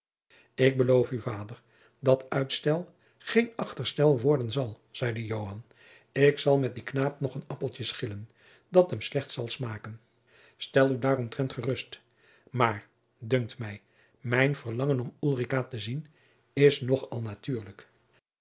ik beloof u vader dat uitstel geen achterstel worden zal zeide joan ik zal met dien knaap nog een appeltje schillen dat hem slecht zal smaken stel u daaromtrent gerust maar dunkt mij mijn verlangen om ulrica te zien is nog al natuurlijk